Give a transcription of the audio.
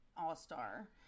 all-star